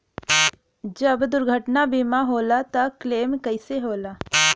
जब दुर्घटना बीमा होला त क्लेम कईसे होला?